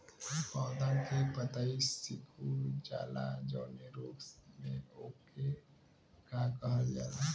पौधन के पतयी सीकुड़ जाला जवने रोग में वोके का कहल जाला?